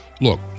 Look